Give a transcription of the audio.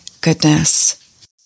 goodness